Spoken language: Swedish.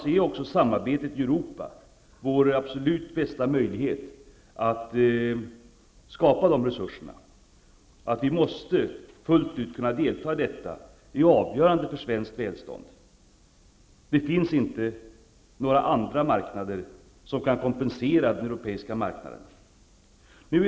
Mot denna bakgrund är samarbetet i Europa vår bästa möjlighet att skapa dessa resuser. Vi måste fullt ut kunna delta i detta. Det är avgörande för svenskt välstånd. Det finns inga andra marknader som kan kompensera den europeiska marknaden.